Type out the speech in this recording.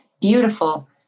beautiful